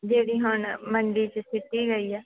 ਜਿਹੜੀ ਹੁਣ ਮੰਡੀ 'ਚ ਸੁੱਟੀ ਗਈ ਆ